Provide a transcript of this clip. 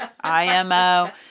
IMO